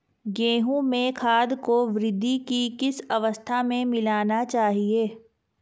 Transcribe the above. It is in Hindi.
गेहूँ में खाद को वृद्धि की किस अवस्था में मिलाना चाहिए?